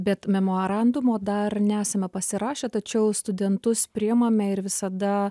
bet memorandumo dar nesame pasirašę tačiau studentus priimame ir visada